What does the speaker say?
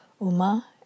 Uma